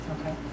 Okay